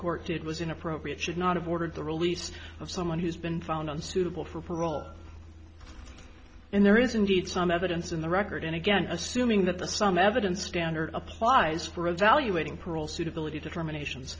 court did was inappropriate should not have ordered the release of someone who's been found unsuitable for parole and there is indeed some evidence in the record and again assuming that there are some evidence standard applies for evaluating parole suitability determinations